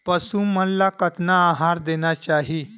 पशु मन ला कतना आहार देना चाही?